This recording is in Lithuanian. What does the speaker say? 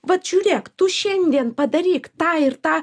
vat žiūrėk tu šiandien padaryk tą ir tą